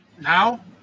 Now